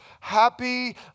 happy